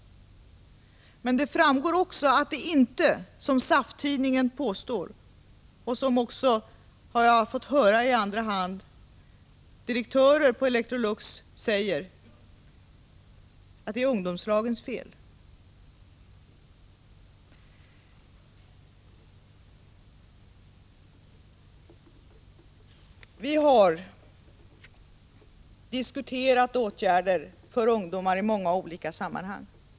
Men det är inte ungdomslagens fel, som SAF-tidningen påstår, och som jag också har fått höra i andra sammanhang att direktörer på Electrolux säger. Vi har diskuterat åtgärder för ungdomar i många olika sammanhang.